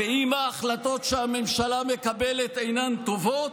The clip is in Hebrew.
ואם ההחלטות שהממשלה מקבלת אינן טובות,